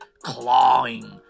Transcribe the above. clawing